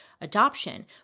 adoption